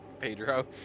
Pedro